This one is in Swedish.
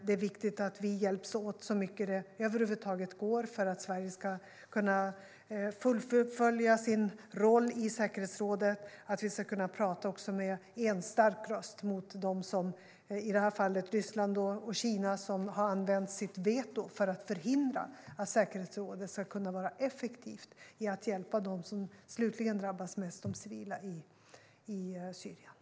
Det är viktigt att vi hjälps åt så mycket det över huvud taget går för att Sverige ska kunna fullfölja sin roll i säkerhetsrådet och för att vi ska kunna tala med en stark röst mot dem i det här fallet Ryssland och Kina - som har använt sitt veto för att förhindra att säkerhetsrådet ska kunna vara effektivt i att hjälpa dem som slutligen drabbas mest, nämligen de civila i Syrien.